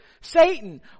Satan